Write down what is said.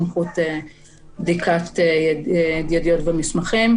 בדיקת ידיעות ומסמכים,